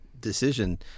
decision